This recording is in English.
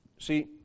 See